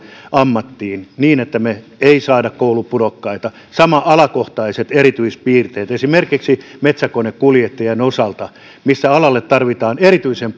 ammattiin niin että me emme saa koulupudokkaita sama koskee alakohtaisia erityispiirteitä esimerkiksi metsäkonekuljettajien osalta missä alalle tarvitaan erityisen